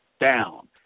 down